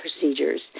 procedures